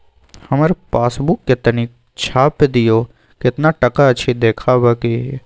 हमर पासबुक के तनिक छाय्प दियो, केतना टका अछि देखबाक ये?